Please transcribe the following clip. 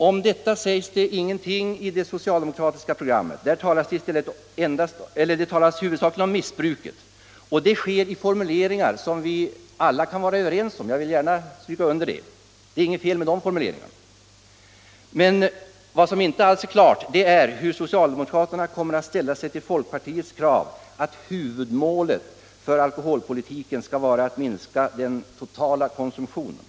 Om detta sägs det ingenting i det socialdemokratiska programmet. Där talas det huvudsakligen om missbruket, och det sker i formuleringar som vi alla kan vara överens om -— jag vill gärna understryka detta; det är inget fel på de formuleringarna. Men vad som inte alls är klart är hur socialdemokraterna kommer att ställa sig till folkpartiets krav på att huvudmålet i alkoholpolitiken skall vara att minska totalkonsumtionen.